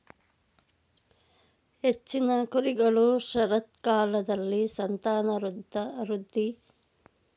ಹೆಚ್ಚಿನ ಕುರಿಗಳು ಶರತ್ಕಾಲದಲ್ಲಿ ಸಂತಾನವೃದ್ಧಿ ಋತು ಹೊಂದಿರ್ತವೆ ಕೆಲವು ವರ್ಷಪೂರ್ತಿ ಸಂತಾನೋತ್ಪತ್ತಿ ಮಾಡಲು ಸಾಧ್ಯವಾಗ್ತದೆ